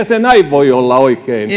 se näin voi olla oikein